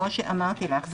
כמו שאמרתי לך,